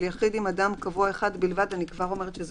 של יחיד עם אדם קבוע אחד בלבד" אני כבר אומרת שזה